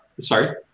sorry